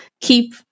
keep